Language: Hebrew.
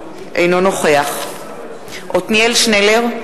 אינו נוכח עתניאל שנלר,